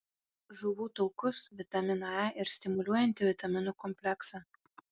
žuvų taukus vitaminą e ir stimuliuojantį vitaminų kompleksą